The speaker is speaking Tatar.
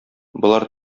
болар